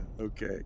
Okay